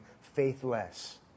faithless